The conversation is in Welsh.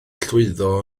llwyddo